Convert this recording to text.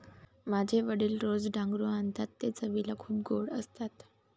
माझे वडील रोज डांगरू आणतात ते चवीला खूप गोड असतात